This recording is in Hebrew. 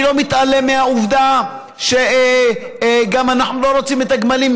אני לא מתעלם מהעובדה שגם אנחנו לא רוצים את הגמלים,